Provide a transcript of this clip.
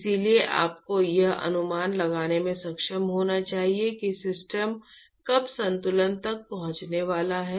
इसलिए आपको यह अनुमान लगाने में सक्षम होना चाहिए कि सिस्टम कब संतुलन तक पहुंचने वाला है